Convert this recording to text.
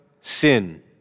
sin